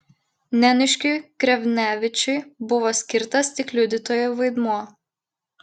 neniškiui krevnevičiui buvo skirtas tik liudytojo vaidmuo